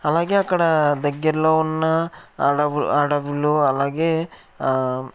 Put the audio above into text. అలాగే అక్కడ దగ్గర్లో ఉన్న అడవులు అలాగే